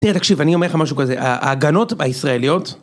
תראה, תקשיב, אני אומר לך משהו כזה, ההגנות הישראליות...